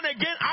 again